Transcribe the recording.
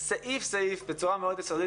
שצריך לדון על סעיף-סעיף בצורה מאוד יסודית.